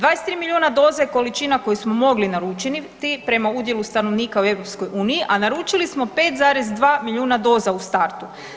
23 milijuna doze količina je koju smo mogli naručiti prema udjelu stanovnika u EU, a naručili smo 5,2 milijuna doza u startu.